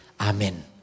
Amen